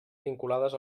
vinculades